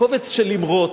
קובץ של אמרות.